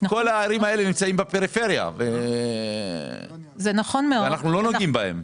כל הערים האלה נמצאות בפריפריה ואנחנו לא נוגעים בהן,